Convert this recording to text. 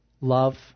love